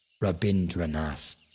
Rabindranath